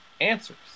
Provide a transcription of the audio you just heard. answers